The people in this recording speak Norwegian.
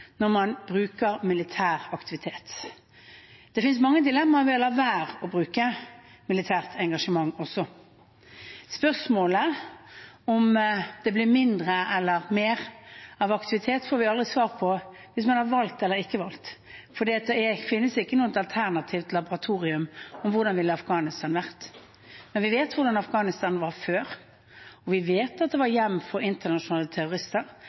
når man bruker militær aktivitet. Det finnes også mange dilemmaer ved å la være å bruke militært engasjement. Spørsmålet om det blir mindre eller mer aktivitet, får vi aldri svar på når man har valgt, eller ikke valgt, for det finnes ikke noe alternativt laboratorium som viser hvordan Afghanistan ville vært. Men vi vet hvordan Afghanistan var før, og vi vet at det var hjem for internasjonale terrorister